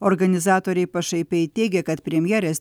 organizatoriai pašaipiai teigia kad premjerės